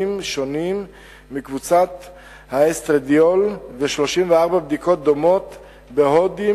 שונים מקבוצת האסטרדיול ו-34 בדיקות דומות בהודים.